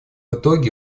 итоге